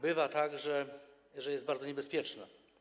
Bywa tak, że jest bardzo niebezpieczna.